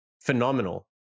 phenomenal